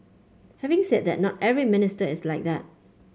having said that not every minister is like that